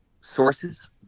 sources